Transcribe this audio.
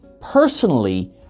Personally